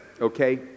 Okay